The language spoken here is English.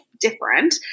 different